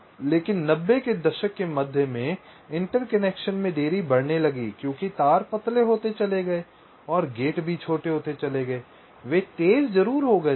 लेकिन 90 के दशक के मध्य में इंटरकनेक्शन में देरी बढ़ने लगी क्योंकि तार पतले होते चले गए और गेट भी छोटे होते चले गए वे तेज ज़रूर हो गए थे